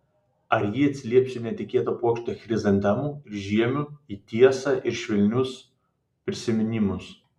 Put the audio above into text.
ar ji atsilieps į netikėtą puokštę chrizantemų ir žiemių į tiesą ir švelnius prisiminimus